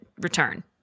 return